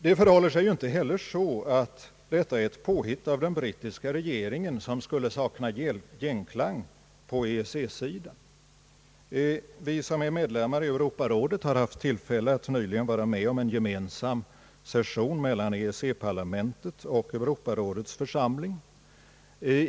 Det förhåller sig inte heller så att detta är ett påhitt av den brittiska regeringen som skulle sakna genklang på EEC-sidan. Vi som är medlemmar i Europarådet har nyligen haft möjlighet att vara med om en gemensam session mellan EEC-parlamentet och Europarådets församling.